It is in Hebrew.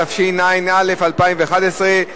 התשע"א 2011,